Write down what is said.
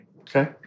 Okay